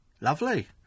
Lovely